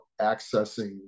accessing